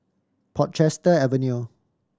Portchester Avenue